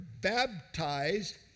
baptized